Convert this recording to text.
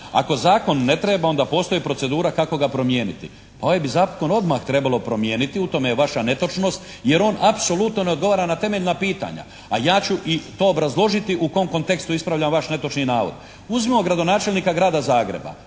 "Ako zakon ne treba onda postoji procedura kako ga promijeniti.". Pa ovaj bi zakon odmah trebalo promijeniti, u tome je vaša netočnost, jer on apsolutno ne odgovara na temeljna pitanja a ja ću i to obrazložiti u kojem kontekstu ispravljam vaš netočni navod. Uzmimo gradonačelnika grada Zagreba